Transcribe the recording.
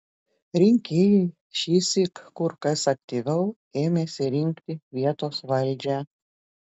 rinkėjai šįsyk kur kas aktyviau ėmėsi rinkti vietos valdžią